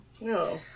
No